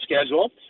schedule